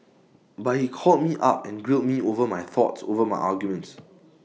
but he called me up and grilled me over my thoughts over my arguments